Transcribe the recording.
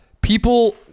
people